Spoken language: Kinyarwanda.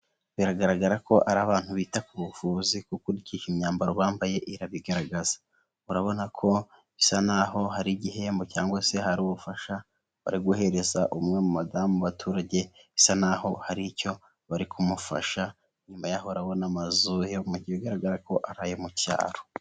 Biragaragara ko ari abantu bita ku buvuzi, kuko imyambaro bambaye irabigaragaza. Urabona ko bisa nk'aho hari igihembo cyangwa se hari ubufasha bari guhereza umwe mu badamu. abaturage bisa nk'ahoho hari icyo bari kumufasha. Inyuma yaho hari amazu bigaragara ko ari ayo mu cyaro.